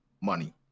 money